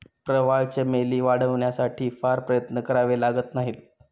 प्रवाळ चमेली वाढवण्यासाठी फार प्रयत्न करावे लागत नाहीत